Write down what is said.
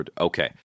okay